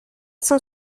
cent